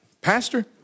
pastor